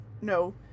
no